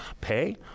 pay